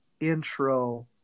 intro